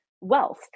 wealth